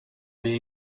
may